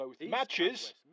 Matches